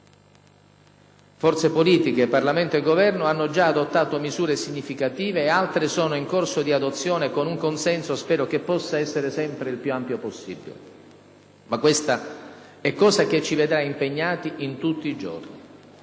forze politiche, Parlamento e Governo hanno già adottato misure significative e altre sono in corso di adozione con un consenso, spero, che possa essere il più ampio possibile. Ma, questa, è cosa che ci vedrà impegnati tutti i giorni.